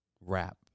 rap